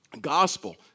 gospel